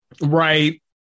right